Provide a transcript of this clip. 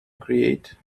create